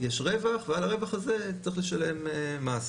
יש רווח, ועל הרווח הזה צריך לשלם מס.